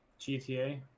GTA